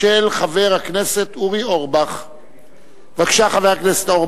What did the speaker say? עברה בקריאה ראשונה,